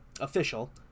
official